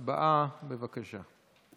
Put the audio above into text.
הצבעה, בבקשה.